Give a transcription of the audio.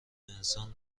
انسان